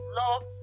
love